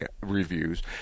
reviews